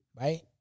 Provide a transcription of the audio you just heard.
Right